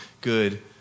good